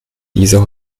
diese